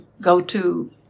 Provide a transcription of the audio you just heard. go-to